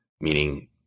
meaning